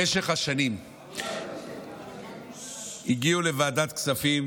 במשך השנים הגיעו לוועדת הכספים